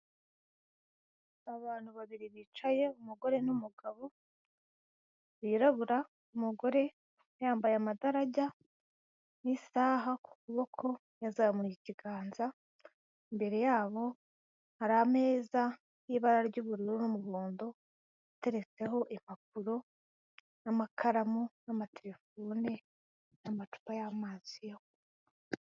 Abantu babiri bicaye umugore n'umugabo birabura, umugore yambaye amadajya, n'isaha ku kuboko yazamuye ikiganza, imbere yabo hari ameza y'ibara ry'ubururu n'umuhondo, ateretseho impapuro n'amakaramu n'amaterefone n'amacupa y'amazi.